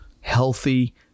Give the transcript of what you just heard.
healthy